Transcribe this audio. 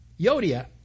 Yodia